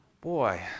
Boy